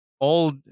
old